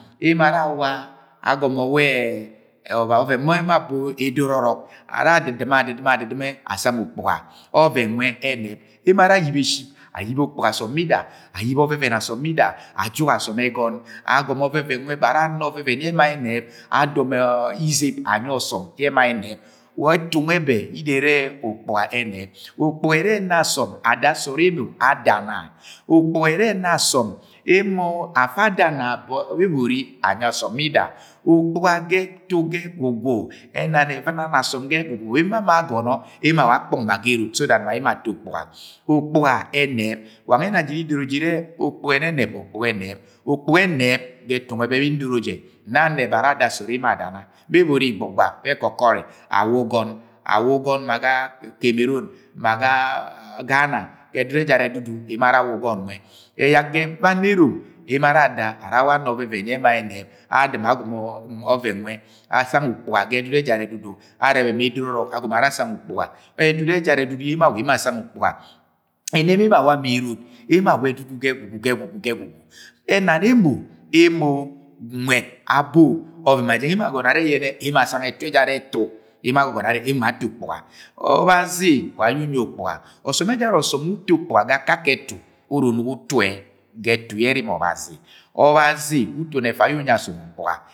Emo ara awa, agọmọ wẹrẹ ọvẹn yẹ emo abo edoro ọrọk ara adɨdɨme, adɨdɨme, adɨdɨme asang ukpuga ọvẹn nwẹ ẹnẹb. Emo ara ayibe shɨp ayibe ukpuga asọm bida, ayiyibe ọvẹn asọm bida. Ajuk asọm ẹgon. Agọmọ ọvẹvẹn nwẹ bẹ ara ana bẹ ẹma ẹnẹb. Adọmọ izep anyi ọsọm nyẹ ẹma ẹnẹb. Wa ẹtu nwẹ jẹ idoronirẹ ukpuga ẹnẹb. Ukpuga ẹre ena asọm ada sọọd emo adana. Ukpuga ẹrẹ ẹna asọm ada na boọ: bebori anyi asọm bida ukpuga ga etu ga ẹgwugwu ẹna ni, ẹvɨna ni asọm ga ẹgwu gwu bẹ emo ama agọnọ emo awa akpọng ma ga erot so that ma emo ato ukpuga. Ukpuga ẹnẹb wa nwẹ ndoro jẹ, nnẹ anẹba ara ada sọọd emo adana, bebori igbọgba bẹ ẹkọkọri awa ugọn. Awa ugọn ma ga kameron, ma ga Ghana ga ẹdudu ẹjara ẹdudu emo ara awa ugọn nwẹ. Ẹyak ga ẹba anerom emo ara ada ara awa ana ọvẹvẹn yẹ ẹma ẹnẹb. Adɨme agọmọ ọvẹn nwe asang ukpuga ga ẹdudu ẹjara ẹdudu Arẹbẹ ma eduro ọrọk agọmọ ara asang ukpuga Edudu ẹjara ẹdudu yẹ emo awa emo asang ukpuga Ẹna emo awa ma erot emo awa edudu ga ẹgwugwu ga ẹgwugwu ga ẹgwugwu. Ẹna ni emo, emo nwẹd abo, ọvẹn ma jẹng emo agọnọ anẹ yẹnẹ emo ma asang ẹtu ẹjara etu yẹ emo agono are yẹnẹ emo ma agọmọ ato ukpuga ọbazi wa aye unyi ukpuga ọsọm ejara ọsọm we uto ukpuga ga akake ẹtu unugo utu ga etu yẹ erimi Ọbazi. Ọbazi utoni efa yẹ unyi asọm ukpuga.